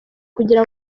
kugira